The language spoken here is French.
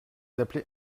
appelez